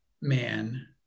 man